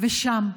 ושם ובוועדות,